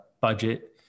budget